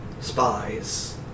spies